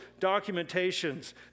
documentations